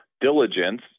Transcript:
diligence